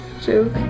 joke